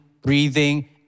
breathing